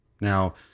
Now